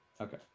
Okay